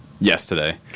Yesterday